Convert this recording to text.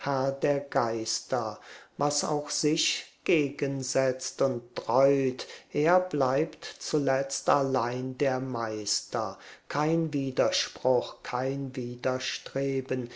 der geister was auch sich gegensetzt und dräut er bleibt zuletzt allein der meister kein widerspruch kein widerstreben